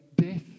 death